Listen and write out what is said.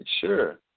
sure